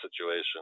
situation